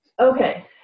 Okay